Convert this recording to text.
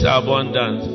abundant